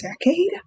decade